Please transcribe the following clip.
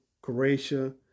Croatia